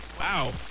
Wow